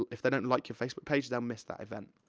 if they don't like your facebook page, they'll miss that event.